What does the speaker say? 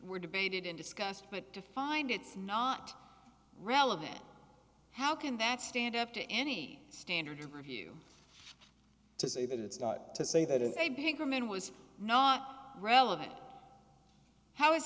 were debated and discussed but to find it's not relevant how can that stand up to any standard of review to say that it's not to say that it's a bigger man was not relevant how is